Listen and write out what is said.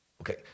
Okay